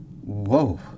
Whoa